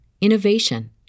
innovation